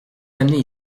amenait